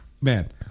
man